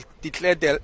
declared